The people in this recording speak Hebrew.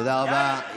תודה רבה.